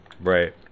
Right